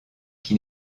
qui